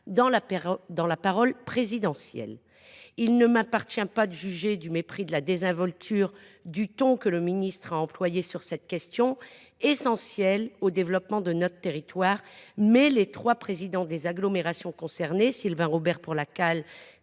dans la parole présidentielle. Il ne m’appartient pas de juger du mépris, de la désinvolture et du ton que le ministre a employé pour évoquer cette question essentielle pour le développement de notre territoire, mais les présidents des trois agglomérations concernées – Sylvain Robert, pour la